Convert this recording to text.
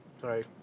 sorry